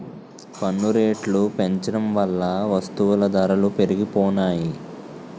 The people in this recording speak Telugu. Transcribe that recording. పన్ను రేట్లు పెంచడం వల్ల వస్తువుల ధరలు పెరిగిపోనాయి